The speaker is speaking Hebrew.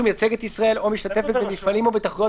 מייצג את ישראל או משתתף במפעלים או בתחרויות